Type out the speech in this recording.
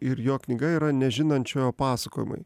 ir jo knyga yra nežinančiojo pasakojimai